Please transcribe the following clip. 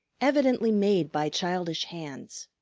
evidently made by childish hands.